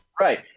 Right